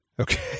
Okay